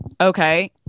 Okay